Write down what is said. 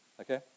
Okay